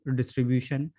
distribution